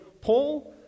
Paul